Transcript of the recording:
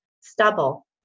stubble